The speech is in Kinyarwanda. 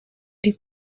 uri